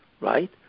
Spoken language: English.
right